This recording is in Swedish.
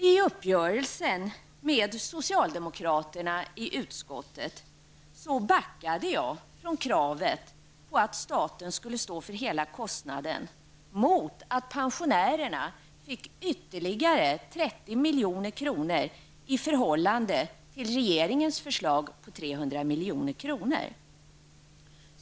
I uppgörelsen med socialdemokraterna i utskottet backade jag från kravet att staten skulle stå för hela kostnaden mot att pensionärerna fick ytterligare 30 milj.kr.